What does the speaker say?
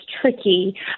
tricky